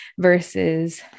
versus